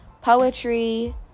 poetry